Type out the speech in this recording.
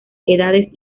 edades